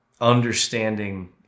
understanding